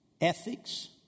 ethics